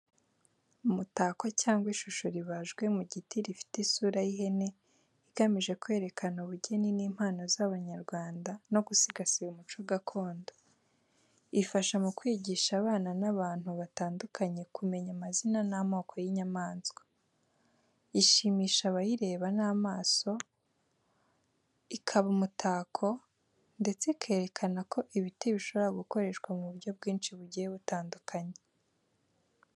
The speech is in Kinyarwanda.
Umutako cyangwa ishusho ribajwe mu giti rifite isura y’ihene, igamije kwerekana ubugeni n’impano z’Abanyarwanda, no gusigasira umuco gakondo. Ifasha mu kwigisha abana n’abantu batandukanye kumenya amazina n'amoko y'inyamaswa. Ishimisha abayireba n'amaso, ikaba umutako, ndetse ikerekana ko ibiti bishobora gukoreshwa mu buryo bwinshi bugiye butandukanye.